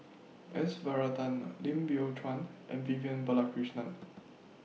S Varathan Lim Biow Chuan and Vivian Balakrishnan